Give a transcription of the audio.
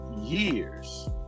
years